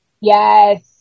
Yes